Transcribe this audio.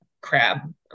crab